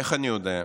איך אני יודע?